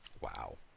Wow